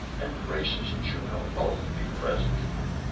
and gracious juno, both be present here!